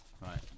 Right